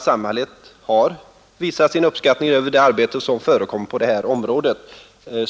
Samhället har visat sin uppskattning av det arbete som förekommit på det här området.